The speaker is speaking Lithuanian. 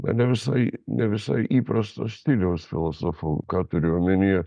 na ne visai ne visai įprasto stiliaus filosofu ką turiu omenyje